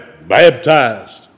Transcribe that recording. baptized